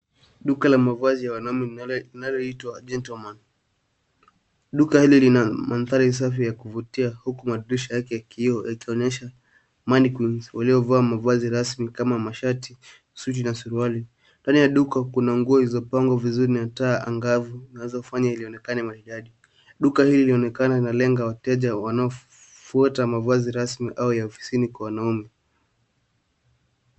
Hili ni duka la mavazi ya wanaume linaloitwa Gentleman. Duka hili lina mandhari ya kisasa ya kuvutia, huku madirisha yake ya kioo yakionyesha vizuri bidhaa zilizomo. Bidhaa kuu zinazouzwa ni mavazi rasmi kama mashati, suti na suruali